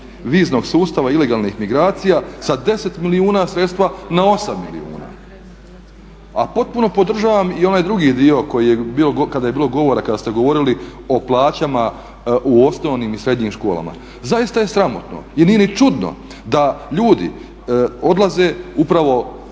viznog sustava ilegalnih migracija sa 10 milijuna sredstava na 8 milijuna. A potpuno podržavam i onaj drugi dio kada je bilo govora, kada ste govorili o plaćama u osnovnim i srednjim školama. Zaista je sramotno i nije ni čudno da ljudi odlaze upravo,